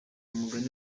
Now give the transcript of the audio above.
umugani